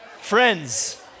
friends